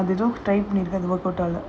mm and they don't trying to make her ஆகல:aagala